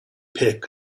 pick